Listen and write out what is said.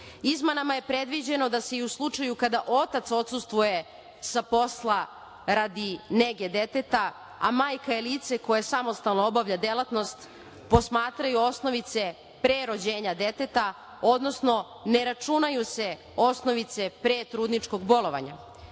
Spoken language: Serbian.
Izmenama je predviđeno da se i u slučaju kada otac odsustvuje sa posla radi nege deteta, a majka je lice koje samostalno obavlja posmatraju osnovice pre rođenja deteta, odnosno ne računaju se osnovice pre trudničkog bolovanja.